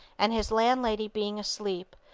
and his landlady being asleep,